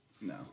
No